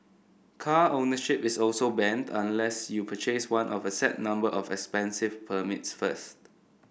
car ownership is also banned unless you purchase one of a set number of expensive permits first